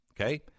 Okay